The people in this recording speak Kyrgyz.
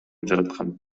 жараткан